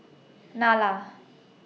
Nalla